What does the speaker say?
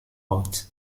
ort